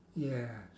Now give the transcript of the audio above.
yes